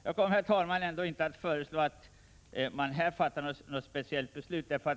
Jag kommer, herr talman, ändå inte att föreslå att riksdagen härvidlag skall fatta något speciellt beslut.